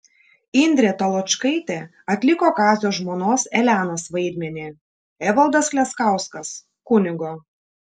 indrė taločkaitė atliko kazio žmonos elenos vaidmenį evaldas leskauskas kunigo